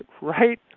right